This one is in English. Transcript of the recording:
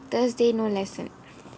thursday no lesson